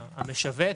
המשווק.